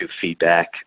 feedback